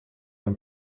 and